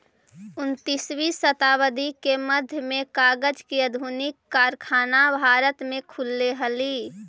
उन्नीसवीं शताब्दी के मध्य में कागज के आधुनिक कारखाना भारत में खुलले हलई